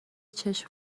چشم